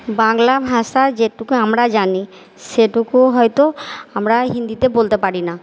বাংলাভাষা যেটুকু আমরা জানি সেটুকু হয়তো আমরা হিন্দিতে বলতে পারি না